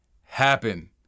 happen